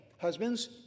Husbands